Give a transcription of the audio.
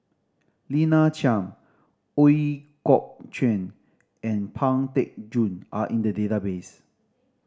Lina Chiam Ooi Kok Chuen and Pang Teck Joon are in the database